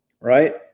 Right